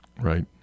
Right